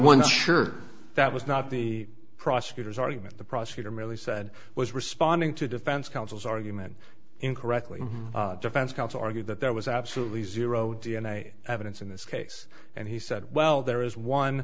one sure that was not the prosecutor's argument the prosecutor merely said i was responding to defense counsel's argument incorrectly defense counsel argued that there was absolutely zero d n a evidence in this case and he said well there is one